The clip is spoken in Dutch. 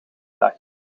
dag